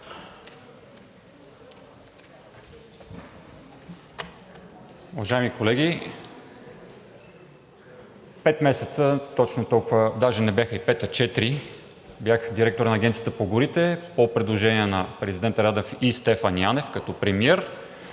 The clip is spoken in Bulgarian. Уважаеми колеги, пет месеца, даже не бяха и пет, а четири, бях директор на Агенцията по горите по предложение на президента Радев и Стефан Янев като премиер,